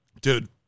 Dude